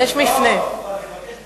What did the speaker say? אני לא